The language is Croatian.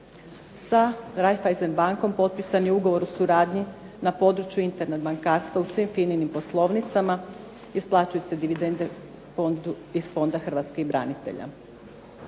Sa Raiffaisen bankom potpisan je ugovor o suradnji na području internet bankarstva u svim FINA-inim poslovnicama, isplaćuju se dividende iz Fonda hrvatskih branitelja.